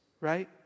right